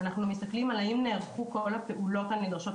אנחנו מסתכלים על האם נערכו כל הפעולות הנדרשות,